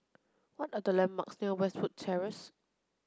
what are the landmarks near Westwood Terrace